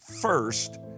First